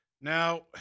now